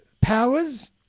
powers